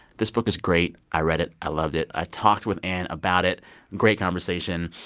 this book is great. i read it. i loved it. i talked with anne about it great conversation.